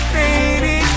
baby